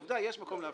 עובדה, יש מקום להבחנה.